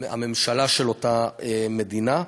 הממשלה של אותה מדינה,